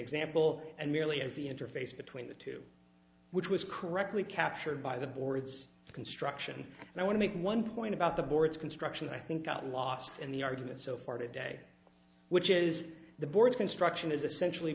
example and merely as the interface between the two which was correctly captured by the board's construction and i want to make one point about the board's construction i think gotten lost in the argument so far today which is the board's construction is essentially